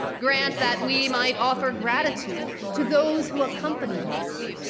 grant that we might offer gratitude to those who accompanied us.